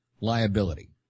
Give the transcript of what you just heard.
liability